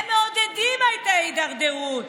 הם מעודדים את ההידרדרות.